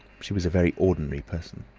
she was a very ordinary person.